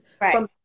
Right